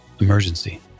emergency